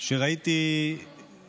כשראיתי את